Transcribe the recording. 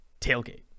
TAILGATE